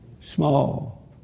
small